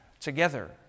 together